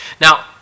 Now